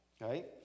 right